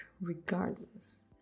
regardless